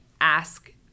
ask